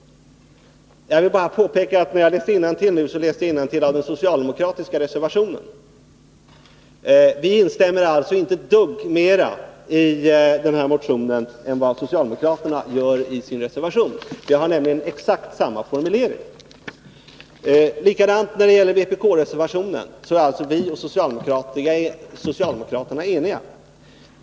Jag vill bara påpeka att när jag läste innantill nu, läste jag ur den socialdemokratiska reservationen. Vi instämmer inte ett dugg mera i den här motionen än vad socialdemokraterna gör i sin reservation. Utskottet har nämligen exakt samma formulering. Likadant är det när det gäller vpk-reservationen. Vi och socialdemokraterna är eniga.